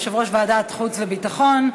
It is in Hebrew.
יושב-ראש ועדת החוץ והביטחון.